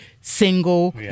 single